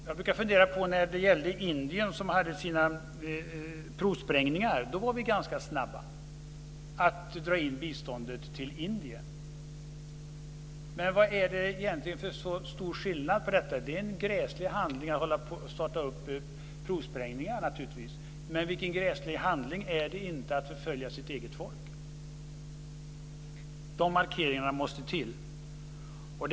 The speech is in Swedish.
Jag brukar fundera på Indien och provsprängningarna. Då var vi snabba att dra in biståndet. Vad är det för stor skillnad? Det är en gräslig handling att utföra provsprängningar. Men vilken gräslig handling är det inte att förfölja sitt eget folk? De markeringarna måste finnas.